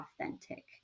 authentic